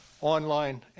online